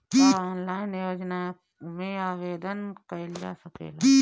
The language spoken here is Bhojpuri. का ऑनलाइन योजना में आवेदन कईल जा सकेला?